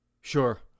Sure